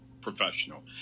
professional